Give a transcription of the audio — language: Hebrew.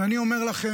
אני אומר לכם,